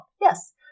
yes